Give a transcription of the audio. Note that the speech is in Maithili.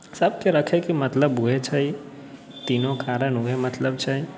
लेकिन सबकेँ रखैके मतलब उहे छै तीनो कारण उहे मतलब छै